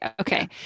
Okay